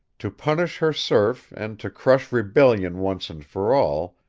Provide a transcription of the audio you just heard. to punish her serf and to crush rebellion once and for all,